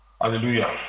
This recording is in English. Hallelujah